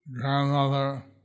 grandmother